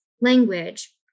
language